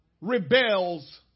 rebels